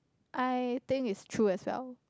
I think is true as well